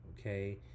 Okay